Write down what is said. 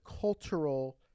Cultural